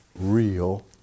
real